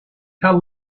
tell